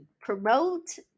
promote